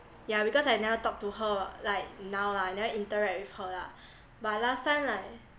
yeah because I never talk to her like now lah never interact with her lah but last time like